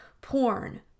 porn